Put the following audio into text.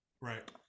Right